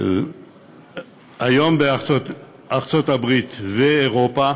היום בארצות-הברית ואירופה,